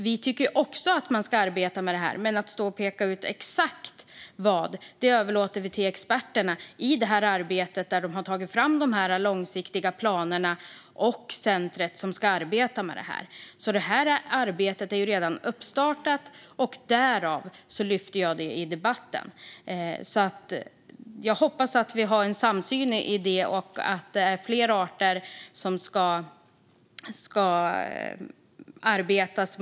Vi tycker också att man ska arbeta med detta, men att peka ut exakt vad överlåter vi till experterna. För det här arbetet har man tagit fram långsiktiga planer och inrättat ett center. Detta arbete är alltså redan uppstartat, och därför lyfter jag upp det i debatten. Jag hoppas att vi har en samsyn om detta och att vi måste arbeta med fler arter.